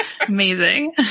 amazing